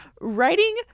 writing